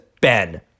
Ben